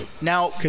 now